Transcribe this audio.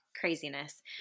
craziness